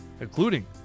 including